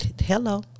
Hello